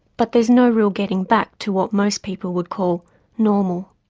but there's no real getting back to what most people would call normal.